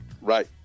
Right